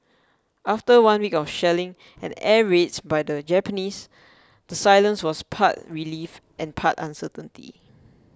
after one week of shelling and air raids by the Japanese the silence was part relief and part uncertainty